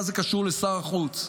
מה זה קשור לשר החוץ?